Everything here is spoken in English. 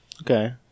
Okay